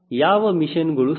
ಯಾವ ಮಿಷನ್ಗಳು ಸಾಧ್ಯ